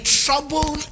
trouble